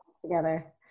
together